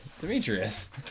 Demetrius